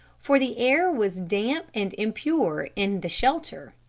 for the air was damp and impure in the shelter.